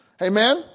Amen